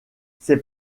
c’est